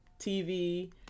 TV